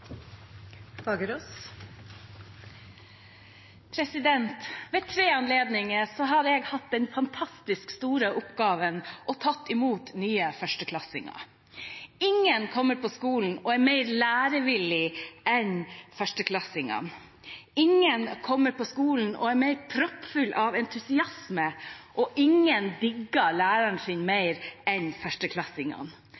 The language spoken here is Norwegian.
gang. Ved tre anledninger har jeg hatt den fantastiske og store oppgaven å ta imot nye førsteklassinger. Ingen kommer på skolen og er mer lærevillig enn førsteklassingene. Ingen kommer på skolen og er mer proppfull av entusiasme, og ingen digger læreren sin